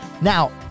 now